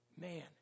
man